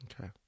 Okay